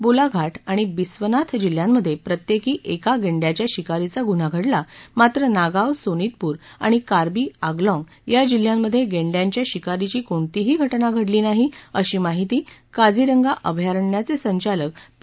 बोलाघाट आणि बिस्वनाथ जिल्ह्यांमध्ये प्रत्येकी एका गेंड्याच्या शिकारीचा गुन्हा घडला मात्र नागांव सोनितपुर आणि कार्बी आंगलाँग या जिल्ह्यांमध्ये गेंड्यांच्या शिकारीची कोणतीच घटना घडली नाही अशी माहिती काझीरंगा अभयारण्याचे संचालक पी